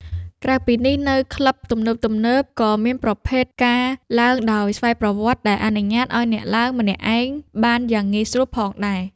ក្រៅពីនេះ នៅតាមក្លឹបទំនើបៗក៏មានប្រភេទ ការឡើងដោយប្រើម៉ាស៊ីនស្វ័យប្រវត្តិ ដែលអនុញ្ញាតឱ្យអ្នកឡើងម្នាក់ឯងបានយ៉ាងងាយស្រួលផងដែរ។